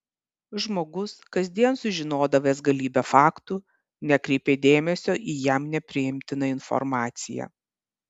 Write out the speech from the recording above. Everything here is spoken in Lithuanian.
žmogus kasdien sužinodavęs galybę faktų nekreipė dėmesio į jam nepriimtiną informaciją